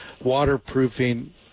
waterproofing